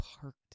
parked